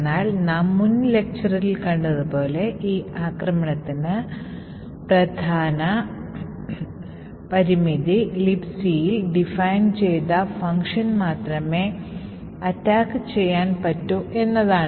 എന്നാൽ നാം മുൻ ലെക്ചറിൽ കണ്ടതു പോലെ ഈ ആക്രമണത്തിന് പ്രധാന പരിമിതി Libcൽ define ചെയ്ത functions മാത്രമേ attack ചെയ്യാൻ ഉപയോഗിക്കാൻ പറ്റൂ എന്നതാണ്